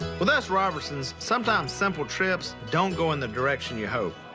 with us robertsons, sometimes simple trips don't go in the direction you hope.